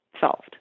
solved